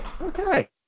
Okay